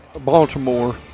Baltimore